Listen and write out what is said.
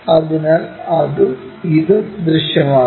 അതിനാൽ അതും ഇതും ദൃശ്യമാകും